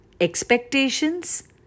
expectations